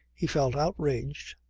he felt outraged,